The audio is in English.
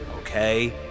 okay